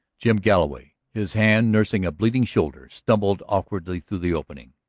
jim galloway, his hand nursing a bleeding shoulder, stumbled awkwardly through the opening.